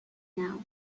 now